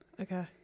Okay